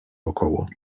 wokoło